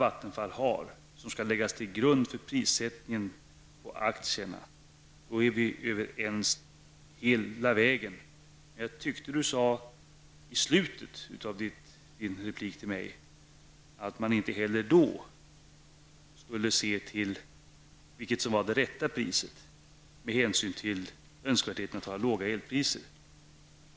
Denna skall ligga till grund för prissättningen beträffande aktierna. Om Per Westerberg håller med mig på den punkten är vi överens hela vägen. Jag tyckte att Per Westerberg i slutet av sin replik till mig sade att man inte heller då skulle se till vad som var det rätta priset med hänsyn tagen till att det är önskvärt att ha låga elpriser.